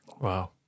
Wow